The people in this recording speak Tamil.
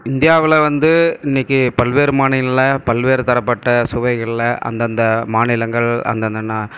இந்தியாவில் வந்து இன்னிக்கு பல்வேறு மாநில்ல பல்வேறு தரப்பட்ட சுவைகளில் அந்தந்த மாநிலங்கள் அந்தந்த நா